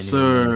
Sir